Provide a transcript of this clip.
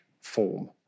form